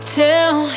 tell